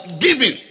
giving